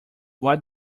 what